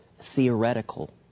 theoretical